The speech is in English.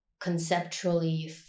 conceptually